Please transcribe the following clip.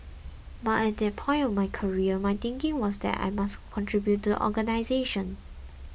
but at that point of my career my thinking was that I must contribute to the organisation